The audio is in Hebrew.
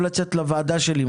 לוועדה שלי,